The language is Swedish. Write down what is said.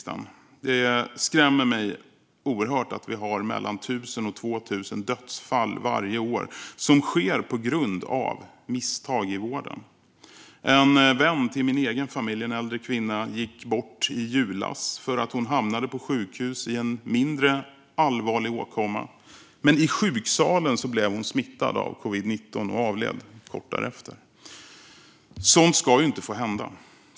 Det skrämmer mig oerhört att 1 000-2 000 dödsfall varje år sker på grund av misstag i vården. En vän till min familj, en äldre kvinna, gick bort i julas efter att ha hamnat på sjukhus i en mindre allvarlig åkomma. I sjuksalen smittades hon med covid-19, och hon avled kort därefter. Sådant ska ju inte få hända.